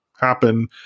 happen